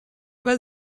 was